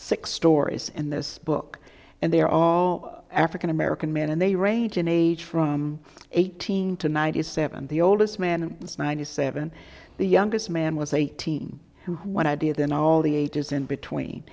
six stories in this book and they are all african american men and they range in age from eighteen to ninety seven the oldest man and ninety seven the youngest man was eighteen when idea then all the ages in between